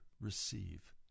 receive